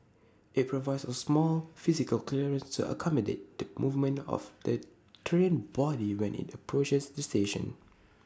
IT provides A small physical clearance to accommodate the movement of the train body when IT approaches the station